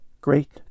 great